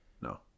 No